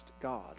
God